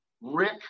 Rick